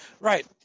right